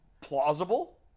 Plausible